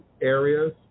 areas